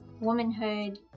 womanhood